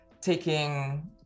taking